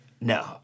No